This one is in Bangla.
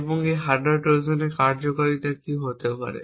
এবং এই হার্ডওয়্যার ট্রোজানের কার্যকারিতা কী হতে পারে